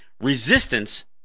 resistance